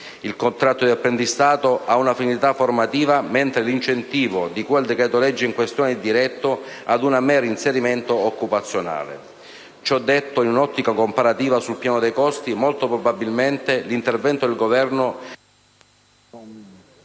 Il contratto di apprendistato ha una finalità formativa, mentre l'incentivo di cui al decreto-legge in questione è diretto ad un mero inserimento occupazionale. Ciò detto, in un'ottica comparativa sul piano dei costi, molto probabilmente l'intervento del Governo rischia di